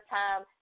time